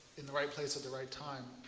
in the right place at the right time.